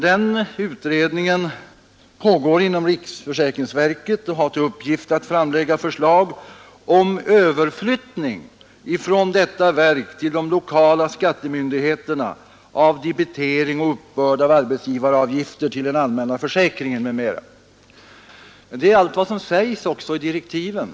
Den utredningen pågår inom riksförsäkringsverket och har till uppgift att framlägga förslag om överflyttning ifrån detta verk till de lokala skattemyndigheterna av debitering och uppbörd av arbetsgivarav gifter till den allmänna försäkringen m.m. Det är allt vad som sägs också i direktiven.